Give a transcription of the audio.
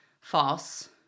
false